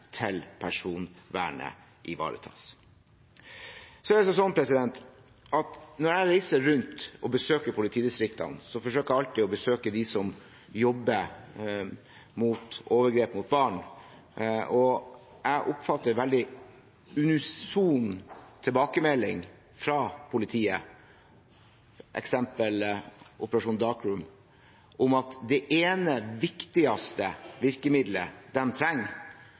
til personvernet ivaretas. Så har det seg sånn at når jeg reiser rundt og besøker politidistriktene, forsøker jeg alltid å besøke dem som jobber med overgrep mot barn, og jeg oppfatter en veldig unison tilbakemelding fra politiet, eksempelvis når det gjelder operasjon «Dark Room», om at det ene, viktigste virkemidlet de trenger